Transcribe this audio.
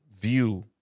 view